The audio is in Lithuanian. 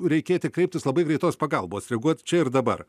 reikėti kreiptis labai greitos pagalbos reaguot čia ir dabar